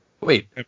Wait